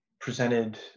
presented